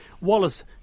Wallace